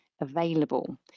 available